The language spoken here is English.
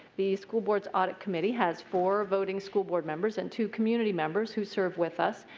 the school board's audit committee has four voting school board members and two community members who serve with us.